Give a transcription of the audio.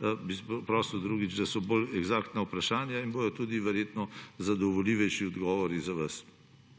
Drugič bi prosil, da so bolj eksaktna vprašanja in bodo verjetno tudi zadovoljivejši odgovori za vas.